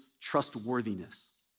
trustworthiness